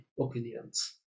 opinions